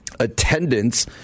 attendance